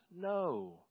No